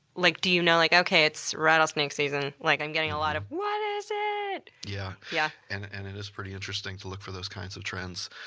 like, do you know, like, okay it's rattlesnake season, like i'm getting a lot of what is ah it? yeah, yeah and and it is pretty interesting to look for those kinds of trends.